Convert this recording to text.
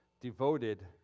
devoted